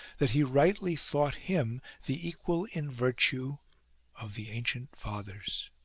that he rightly thought him the equal in virtue of the ancient fathers.